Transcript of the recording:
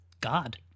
God